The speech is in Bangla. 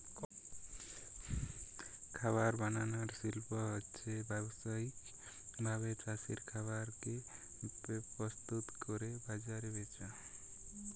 খাবার বানানার শিল্প হচ্ছে ব্যাবসায়িক ভাবে চাষের খাবার কে প্রস্তুত কোরে বাজারে বেচা